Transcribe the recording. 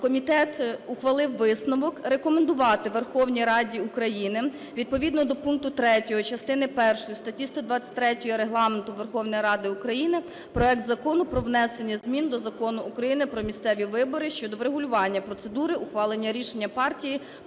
комітет ухвалив висновок: рекомендувати Верховній Раді України відповідно до пункту 3 частини першої статті 123 Регламенту Верховної Ради України проект Закону про внесення змін до Закону України "Про місцеві вибори" щодо врегулювання процедури ухвалення рішення партії